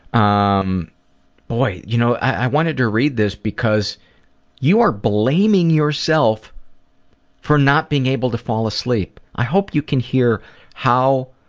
um boy, you know, i wanted to read this because you are blaming yourself for not being able to fall asleep. i hope you can hear how,